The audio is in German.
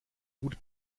gut